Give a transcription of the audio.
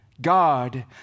God